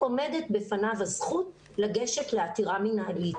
עומדת בפניו הזכות לגשת לעתירה מנהלית.